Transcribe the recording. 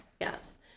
Yes